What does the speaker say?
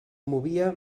movia